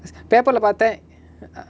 yes paper lah பாத்த:paatha ah